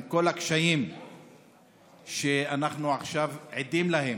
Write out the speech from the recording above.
עם כל הקשיים שאנחנו עכשיו עדים להם,